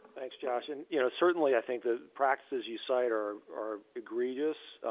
thanks, josh, and, you know, certainly, i think the practices you cite are are egregious,